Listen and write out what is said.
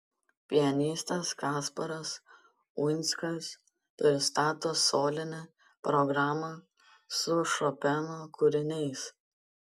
pianistas kasparas uinskas pristato solinę programą su šopeno kūriniais